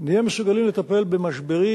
נהיה מסוגלים לטפל במשברים,